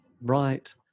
right